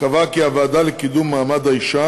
קבעה כי הוועדה לקידום מעמד האישה